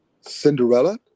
Cinderella